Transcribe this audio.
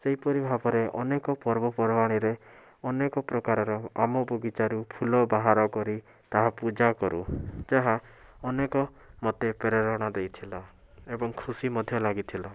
ସେହିପରି ଭାବରେ ଅନେକ ପର୍ବପର୍ବାଣି ରେ ଅନେକ ପ୍ରକାରର ଆମ ବାଗିଚାରୁ ଫୁଲ ବାହାର କରି ତାହା ପୂଜା କରୁ ଯାହା ଅନେକ ମୋତେ ପ୍ରେରଣା ଦେଇଥିଲା ଏବଂ ଖୁସି ମଧ୍ୟ ଲାଗିଥିଲା